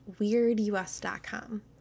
weirdus.com